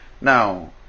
now